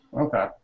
Okay